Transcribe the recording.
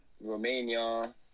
Romania